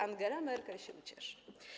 Angela Merkel się ucieszy.